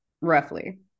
roughly